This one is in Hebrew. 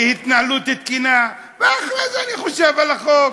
להתנהלות תקינה, ואחרי זה אני חושב על החוק.